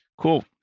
Cool